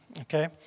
okay